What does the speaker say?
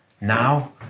Now